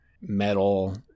metal